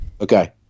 Okay